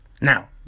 Now